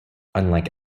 unlike